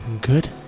good